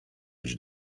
być